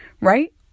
Right